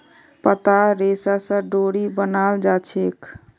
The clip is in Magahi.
पत्तार रेशा स डोरी बनाल जाछेक